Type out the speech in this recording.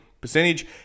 percentage